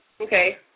okay